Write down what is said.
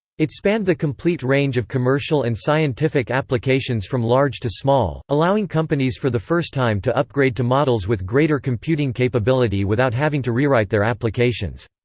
it spanned the complete range of commercial and scientific applications from large to small, allowing companies for the first time to upgrade to models with greater computing capability without having to rewrite their applications.